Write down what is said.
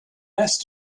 nest